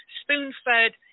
spoon-fed